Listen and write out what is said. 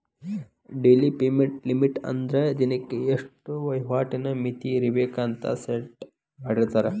daily payment limit ಅಂದ್ರ ದಿನಕ್ಕೆ ಇಷ್ಟ ವಹಿವಾಟಿನ್ ಮಿತಿ ಇರ್ಬೆಕ್ ಅಂತ ಸೆಟ್ ಮಾಡಿರ್ತಾರ